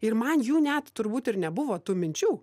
ir man jų net turbūt ir nebuvo tų minčių